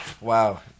Wow